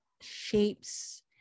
shapes